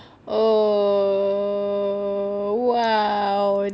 oh !wow!